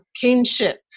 kinship